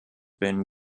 been